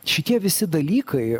šitie visi dalykai